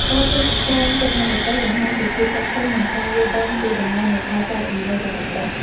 ការចេះក្រែងចិត្តអ្នកដទៃ បង្ហាញពីភាពចាស់ទុំ និងការយល់ដឹងពីតម្លៃនៃការចែករំលែកចំណេះដឹង។